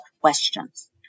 questions